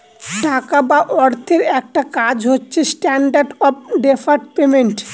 টাকা বা অর্থের একটা কাজ হচ্ছে স্ট্যান্ডার্ড অফ ডেফার্ড পেমেন্ট